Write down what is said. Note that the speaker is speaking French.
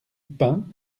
pain